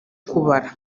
kubara